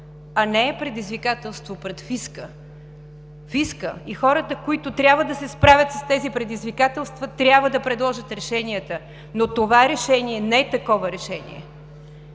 а не е предизвикателство пред фиска. Фискът и хората, които трябва да се справят с тези предизвикателства, трябва да предложат решенията, но това решение не е такова решение.